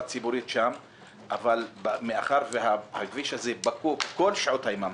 ציבורית מאחר שהכביש הזה פקוק כל שעות היממה,